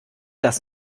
das